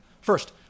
First